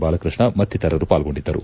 ಬಾಲಕೃಷ್ಣ ಮತ್ತಿತರರು ಪಾಲ್ಗೊಂಡಿದ್ದರು